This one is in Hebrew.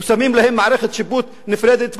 שמים להם מערכת שיפוט נפרדת,